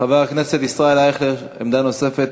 חבר הכנסת ישראל אייכלר, עמדה נוספת.